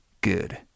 good